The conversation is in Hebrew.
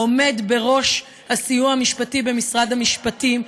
העומד בראש הסיוע המשפטי במשרד המשפטים,